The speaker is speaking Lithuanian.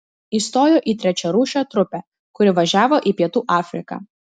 įstojo į trečiarūšę trupę kuri važiavo į pietų afriką